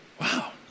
wow